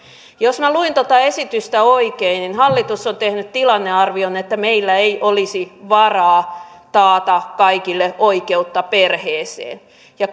jos minä luin tuota esitystä oikein niin hallitus on tehnyt tilannearvion että meillä ei olisi varaa taata kaikille oikeutta perheeseen ja